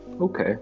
Okay